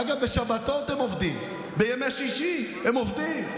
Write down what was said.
אגב, בשבתות הם עובדים, בימי שישי הם עובדים.